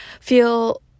feel